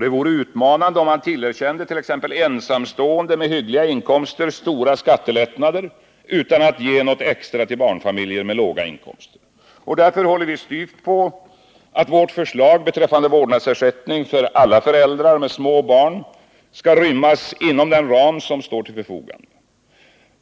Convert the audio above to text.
Det vore utmanande om man tillerkände t.ex. ensamstående med hyggliga inkomster skattelättnader utan att ge något extra till barnfamiljer med låga inkomster. Därför håller vi styvt på att vårt förslag beträffande vårdnadsersättning för alla föräldrar med små barn skall rymmas inom den ram som står till förfogande.